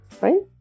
Right